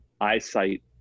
eyesight